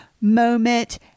moment